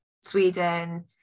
Sweden